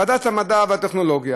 ועדת המדע והטכנולוגיה,